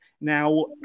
Now